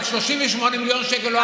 אבל 38 מיליון שקל,